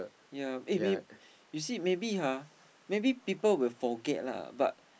ya eh may you see maybe ha maybe people will forget lah but